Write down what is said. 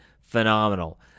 phenomenal